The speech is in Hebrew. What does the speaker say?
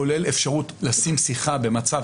כולל אפשרות לשים שיחה במצב,